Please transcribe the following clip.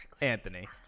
Anthony